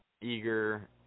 eager